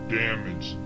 damage